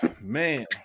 Man